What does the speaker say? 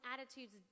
attitudes